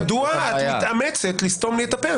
מדוע את מתאמצת לסתום לי את הפה?